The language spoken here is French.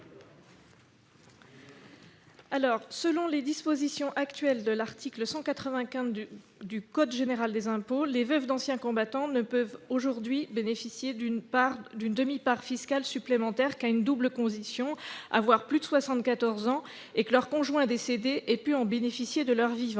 Selon les dispositions actuelles de l'article 195 du code général des impôts, les veuves d'anciens combattants ne peuvent aujourd'hui bénéficier d'une demi-part fiscale supplémentaire qu'à une double condition : qu'elles aient plus de 74 ans et que leur conjoint décédé ait pu en bénéficier de son vivant.